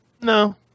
No